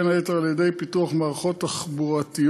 בין היתר על-ידי פיתוח מערכות תחבורתיות